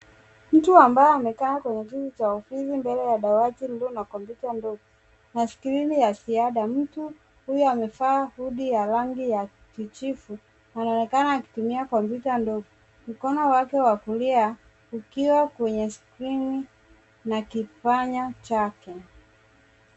Mtu ambaye amekaa kwenye kiti cha ofisi mbele ya dawati lililo na kompyuta ndogo na skrini ya ziada. Mtu huyu amevaa hoodie ya rangi ya kijivu anaonekana akitumia kompyuta ndogo. Mkono wake wa kulia ukiwa kwenye skrini na kipanya chake.